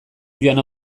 joan